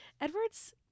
Edward's